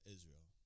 Israel